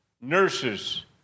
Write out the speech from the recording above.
nurses